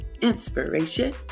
Inspiration